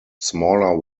smaller